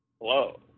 Hello